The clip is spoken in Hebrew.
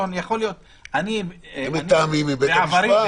הם מתאמים עם בית המשפט.